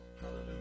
hallelujah